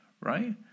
right